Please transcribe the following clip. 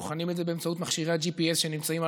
בוחנים את זה באמצעות מכשירי ה-GPS שנמצאים על